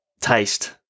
taste